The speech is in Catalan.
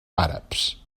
àrabs